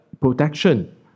protection